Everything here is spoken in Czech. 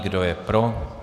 Kdo je pro?